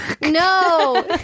No